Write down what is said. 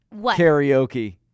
karaoke